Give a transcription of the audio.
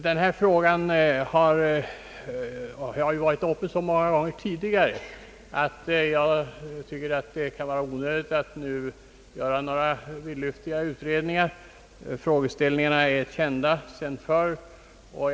Denna fråga har varit uppe till behandling så många gånger tidigare att jag anser det onödigt att nu företa några vidlyftiga utredningar. Frågeställningarna är kända sedan tidigare.